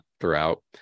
throughout